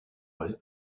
was